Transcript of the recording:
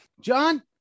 John